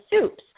soups